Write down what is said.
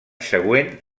següent